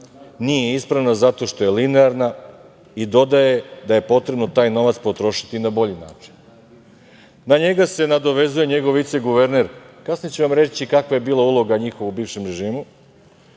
nije ispravna zato što je linearna i dodaje da je potrebno taj novac potrošiti na bolji način. Na njega se nadovezuje njegov viceguverner, kasnije ću vam reći kakva je bila uloga njihova u bivšem režimu,